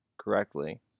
correctly